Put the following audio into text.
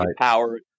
power